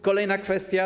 Kolejna kwestia.